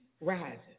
rises